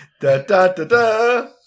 Da-da-da-da